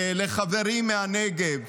לחברים מהנגב,